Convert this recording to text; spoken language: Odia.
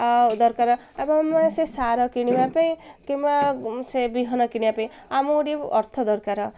ଆଉ ଦରକାର ଏବଂ ସେ ସାର କିଣିବା ପାଇଁ କିମ୍ବା ସେ ବିହନ କିଣିବା ପାଇଁ ଆମକୁ ଟିକେ ଅର୍ଥ ଦରକାର